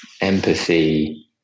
empathy